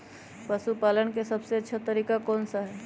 पशु पालन का सबसे अच्छा तरीका कौन सा हैँ?